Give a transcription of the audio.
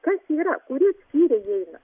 kas yra kurie skyriai įeina